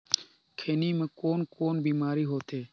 खैनी म कौन कौन बीमारी होथे?